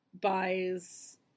buys